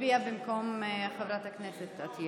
הצבעתי בטעות מהמקום של אתי עטייה.